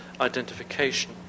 identification